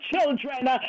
children